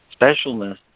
Specialness